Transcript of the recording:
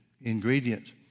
ingredient